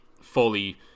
fully